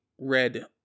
red